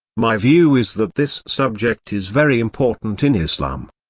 my view is that this subject is very important in islam.